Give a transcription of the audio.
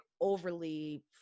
overly